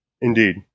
Indeed